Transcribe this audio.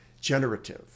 generative